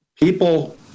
People